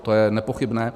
To je nepochybné.